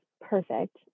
perfect